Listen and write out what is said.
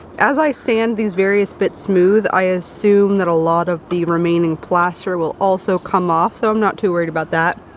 as i sand these various bits smooth, i assume that a lot of the remaining plaster will also come off, so i'm not too worried about that.